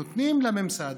נותנים לממסד,